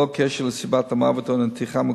ללא קשר לסיבת המוות או לנתיחה,